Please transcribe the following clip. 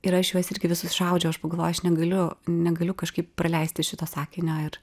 ir aš juos irgi visus išaudžiau aš pagalvojau aš negaliu negaliu kažkaip praleisti šito sakinio ir